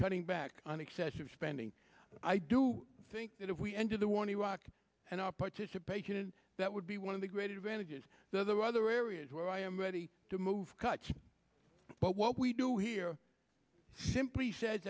cutting back on excessive spending i do think that if we ended the war in iraq and our participation in that would be one of the great advantages though there are other areas where i am ready to move kutch but what we do here simply sa